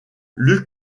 luke